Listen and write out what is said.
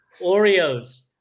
Oreos